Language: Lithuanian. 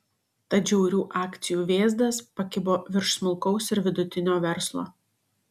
tad žiaurių akcijų vėzdas pakibo virš smulkaus ir vidutinio verslo